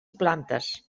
plantes